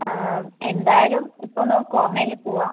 എന്തായാലും ഇപ്പോൾ ഒന്ന് ക്വാറൻറ്റെനിൽ പോകുക